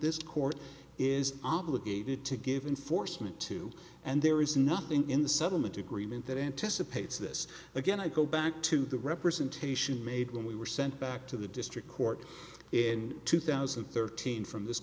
this court is obligated to give enforcement to and there is nothing in the southern to agreement that anticipates this again i go back to the representations made when we were sent back to the district court in two thousand and thirteen from this